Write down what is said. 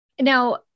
Now